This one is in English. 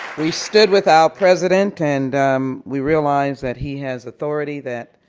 we stood with our president. and we realize that he has authority that